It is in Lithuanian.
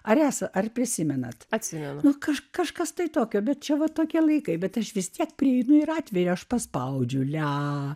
ar esą ar prisimenate atsimenu kad kažkas tokio bet čia va tokie laikai bet aš vis tiek prieinu ir atvejį aš paspaudžiu ledą